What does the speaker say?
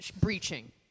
breaching